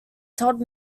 todd